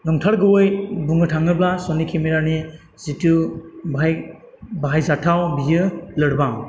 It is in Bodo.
नोंथारगौयै बुंनो थाङोब्ला सनि केमेरानि जिथु बाहाय बाहाय जाथाव बियो लोरबां